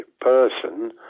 person